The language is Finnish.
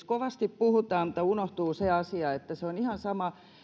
kovasti puhutaan mutta tässä kokonaisuudessa unohtuu se asia että se on ihan sama